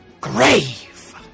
grave